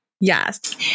Yes